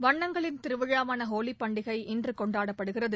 வண்ணங்களின் திருவிழாவாள ஹோலி பண்டிகை இன்று கொண்டாடப்படுகிறது